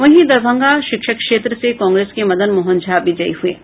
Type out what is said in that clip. वहीं दरभंगा शिक्षक क्षेत्र से कांग्रेस के मदन मोहन झा विजयी हुए हैं